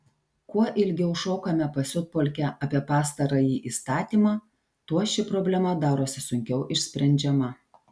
kuo ilgiau šokame pasiutpolkę apie pastarąjį įstatymą tuo ši problema darosi sunkiau išsprendžiama